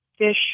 fish